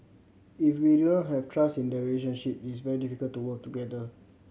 if we do not have trust in the relationship it is very difficult to work together